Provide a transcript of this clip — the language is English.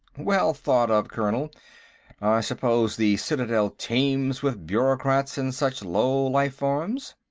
well thought of, colonel. i suppose the citadel teems with bureaucrats and such low life-forms?